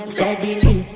Steadily